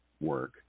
work